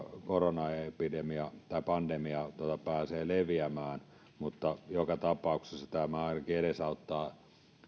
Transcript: koronaepidemia tai pandemia pääsee leviämään mutta joka tapauksessa tämä ainakin edesauttaa